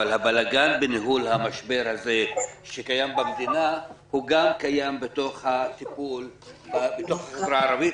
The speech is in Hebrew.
אבל הבלגן בניהול המשבר הזה שקיים במדינה גם קיים בתוך החברה הערבית.